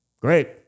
Great